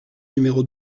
numéro